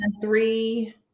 three